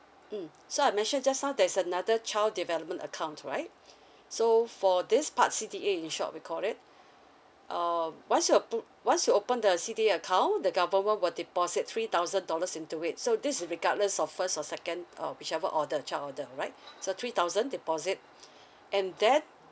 mm so I mentioned just now there's another child development account right so for this part C_D_A in short we called it uh once you're booked once you open the C_D_A account the government will deposit three thousand dollars into it so this is regardless of first or second uh whichever order child order right so three thousand deposit and that